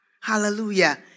Hallelujah